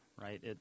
right